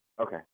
Okay